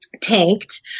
tanked